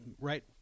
Right